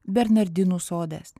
bernardinų sodas